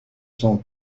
son